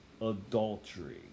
Adultery